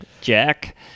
Jack